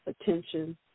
attention